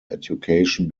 education